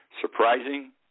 Surprising